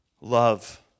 love